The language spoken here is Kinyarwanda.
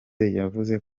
yavuze